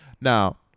Now